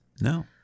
No